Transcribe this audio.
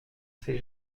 sait